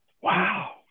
Wow